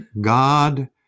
God